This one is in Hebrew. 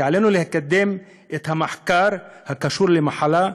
כי עלינו לקדם את המחקר הקשור למחלה,